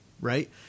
Right